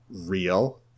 real